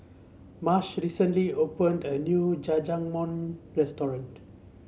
Marsh recently opened a new Jajangmyeon Restaurant